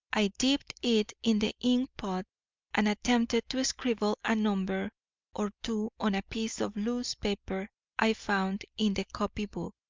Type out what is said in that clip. i dipped it in the ink-pot and attempted to scribble a number or two on a piece of loose paper i found in the copy-book.